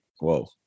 whoa